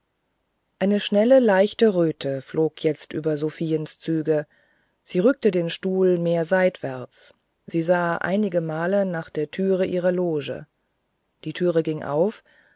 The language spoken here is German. eine schnelle leichte röte flog jetzt über sophiens züge sie rückte den stuhl mehr seitwärts sie sah einigemal nach der türe ihrer loge die türe ging auf